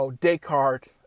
Descartes